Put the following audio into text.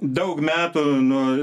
daug metų nuo